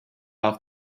off